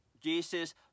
Jesus